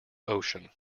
ocean